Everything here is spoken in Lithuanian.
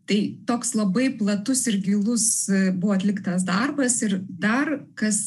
tai toks labai platus ir gilus buvo atliktas darbas ir dar kas